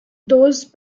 those